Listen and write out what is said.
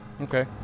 Okay